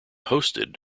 hosted